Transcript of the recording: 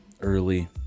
early